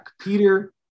Peter